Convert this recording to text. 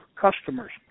customers